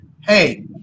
hey